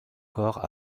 corps